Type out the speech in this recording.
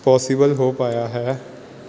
possible ਹੋ ਪਾਇਆ ਹੈ